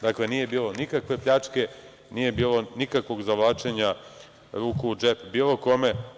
Dakle, nije bilo nikakve pljačke, nije bilo nikakvog zavlačenja ruku u džep bilo kome.